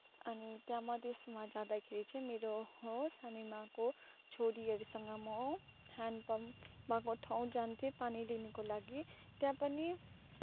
अनि त्यहाँ मधेसमा जाँदाखेरि चाहिँ मेरो म सानिमाको छोरीहरूसँग म ह्यान्ड पम्प भएको ठाउँ जान्थेँ पानी लिनुको लागि त्यहाँ पनि